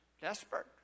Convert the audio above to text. Desperate